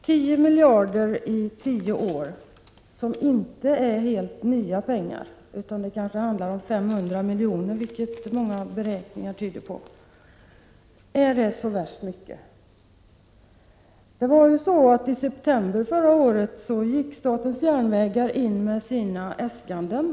10 miljarder på tio år, som inte är helt nya pengar — det kanske handlar om 500 milj., något som många beräkningar tyder på — är inte så värst mycket. I september förra året inlämnade statens järnvägar sina äskanden.